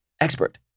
expert